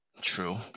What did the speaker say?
True